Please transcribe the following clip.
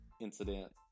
incident